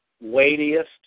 weightiest